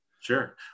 sure